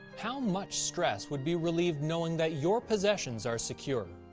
how much stress would be relieved knowing that your possessions are secure?